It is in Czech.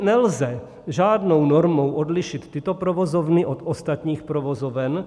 Nelze žádnou normou odlišit tyto provozovny od ostatních provozoven.